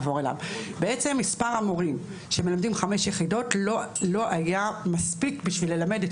בעצם מספר המורים שמלמדים חמש יחידות לא היה מספיק בשביל ללמד את